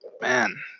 Man